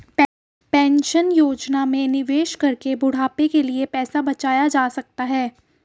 pension योजना में निवेश करके बुढ़ापे के लिए पैसा बचाया जा सकता है